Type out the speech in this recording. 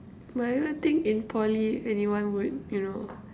but I don't think in Poly anyone would you know